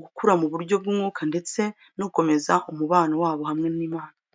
gukura mu buryo bw’umwuka ndetse no gukomeza umubano wabo hamwe n’Imana.